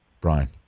Brian